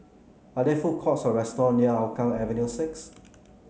are there food courts or restaurant near Hougang Avenue six